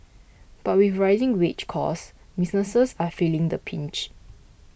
but with rising wage costs businesses are feeling the pinch